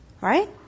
Right